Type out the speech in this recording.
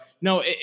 no